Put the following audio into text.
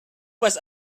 was